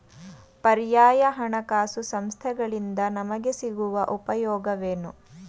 ಪರ್ಯಾಯ ಹಣಕಾಸು ಸಂಸ್ಥೆಗಳಿಂದ ನಮಗೆ ಸಿಗುವ ಉಪಯೋಗವೇನು?